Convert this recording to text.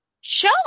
show